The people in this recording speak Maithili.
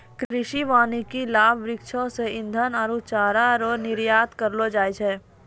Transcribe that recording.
कृषि वानिकी लाभ वृक्षो से ईधन आरु चारा रो निर्यात करलो जाय छै